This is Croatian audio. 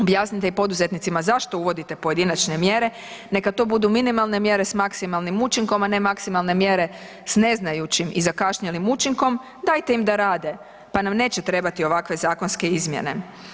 Objasnite i poduzetnicima zašto uvodite pojedinačne mjere, neka to budu minimalne mjere sa maksimalnim učinkom a ne maksimalne mjere sa ne znajućim i zakašnjelim učinkom dajte im da rade pa nam neće trebati ovakve zakonske izmjene.